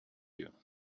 you